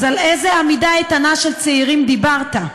אז על איזו עמידה איתנה של צעירים דיברת?